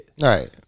Right